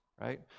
right